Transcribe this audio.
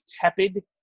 tepid